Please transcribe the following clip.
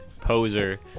Poser